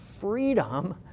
freedom